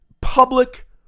public